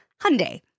Hyundai